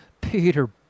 Peter